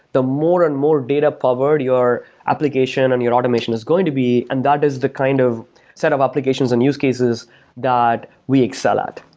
the more and more data power your application and your automation is going to be, and that is the kind of set of applications and use cases that we excel at.